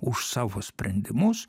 už savo sprendimus